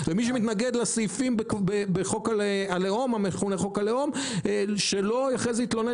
ומי שמתנגד לסעיפים בחוק המכונה חוק הלאום שלא יתלונן